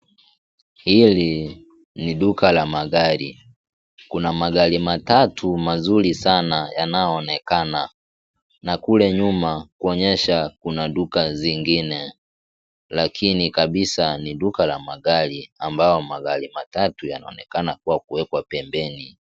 Hili ni duka la magari, kuna magari matatu mazuri sana yanayoonekana na kule nyuma kuonyesha kuna duka zingine lakini kabisa ni duka la magari ambayo magari matatu yanaonenekana kuwa kuwekwa pembeni.